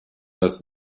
das